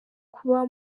kuba